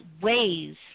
ways